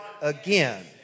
again